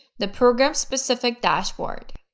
the program-specific dashboard